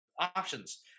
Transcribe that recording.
options